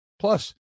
Plus